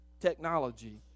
technology